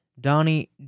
Donnie